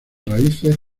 raíces